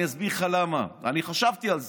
אני אסביר לך למה, אני חשבתי על זה.